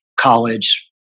College